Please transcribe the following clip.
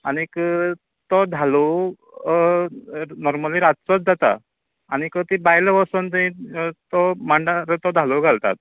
आनीक तो धालो नाॅर्मली रातचोच जाता आनीक तीं बायलो वोचोन थंय तो मांडार तो धालो घालता